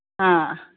ꯑ